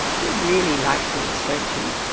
you're really like words don't you?